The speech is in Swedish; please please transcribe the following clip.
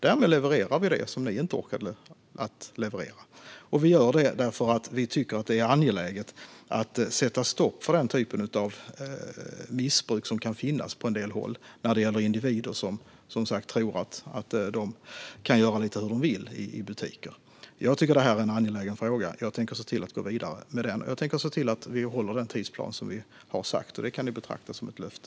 Därmed levererar vi det som ni inte orkade leverera. Vi gör det därför att vi tycker att det är angeläget att sätta stopp för den typ av missbruk som kan finnas på en del håll när det gäller individer som tror att de kan göra lite hur de vill i butiker. Jag tycker att detta är en angelägen fråga. Jag tänker se till att gå vidare med den. Jag tänker också se till att vi håller den tidsplan som vi har sagt. Det kan ni betrakta som ett löfte.